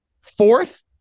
fourth